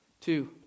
Two